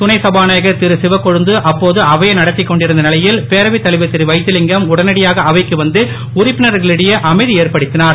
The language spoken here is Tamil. துணை சபாநாயகர் திரு சிவக்கொழுந்து அப்போது அவையை நடத்திக் கொண்டிருந்த நிலையில் பேரவைத் தலைவர் திரு வைத்திலிங்கம் உடனடியாக அவைக்கு வந்து உறுப்பினர்களிடையே அமைதி ஏற்படுத்தனார்